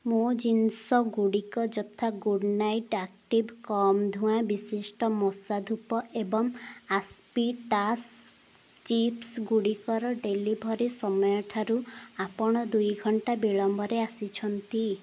ମୋ' ଜିନିଷଗୁଡ଼ିକ ଯଥା ଗୁଡ଼୍ ନାଇଟ୍ ଆକ୍ଟିଭ୍ ପ୍ଲସ୍ କମ୍ ଧୁଆଁ ବିଶିଷ୍ଟ ମଶା ଧୂପ ଏବଂ ଆପ୍ପିଟାସ୍ ଚିପ୍ସ୍ ଗୁଡ଼ିକର ଡେଲିଭରି ସମୟଠାରୁ ଆପଣ ଦୁଇ ଘଣ୍ଟା ବିଳମ୍ବରେ ଆସିଛନ୍ତି